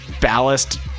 ballast